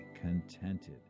contented